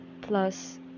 plus